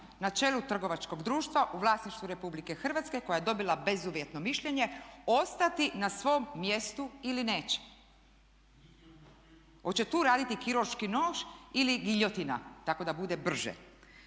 ne čelu trgovačkog društva u vlasništvu RH koja je dobila bezuvjetno mišljenje ostati na svom mjestu ili neće? Hoće tu raditi kirurški nož ili giljotina, tako da bude brže.